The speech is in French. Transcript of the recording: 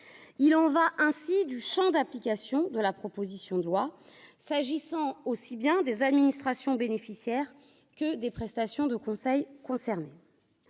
il en va ainsi du Champ d'application de la proposition de loi s'agissant aussi bien des administrations bénéficiaire que des prestations de conseil concernés